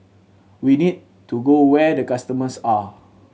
we need to go where the customers are